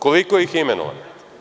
Koliko ih je imenovano?